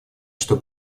что